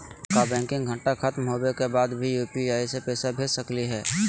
का बैंकिंग घंटा खत्म होवे के बाद भी यू.पी.आई से पैसा भेज सकली हे?